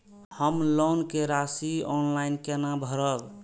हम लोन के राशि ऑनलाइन केना भरब?